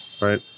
right